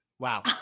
Wow